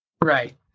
Right